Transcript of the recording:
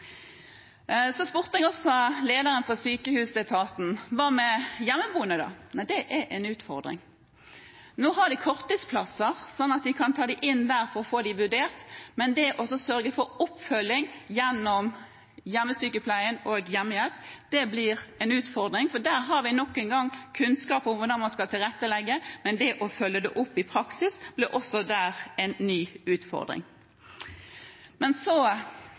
Så spurte jeg også lederen for sykehusetaten: Hva med hjemmeboende? Nei, det er en utfordring. Nå har de korttidsplasser, sånn at de kan ta dem inn der for å få dem vurdert, men å sørge for oppfølging gjennom hjemmesykepleien og hjemmehjelp blir en utfordring. Der har vi – nok en gang – kunnskap om hvordan man skal tilrettelegge, men å følge det opp i praksis ble også der en ny utfordring.